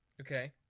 Okay